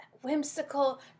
whimsical